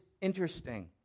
interesting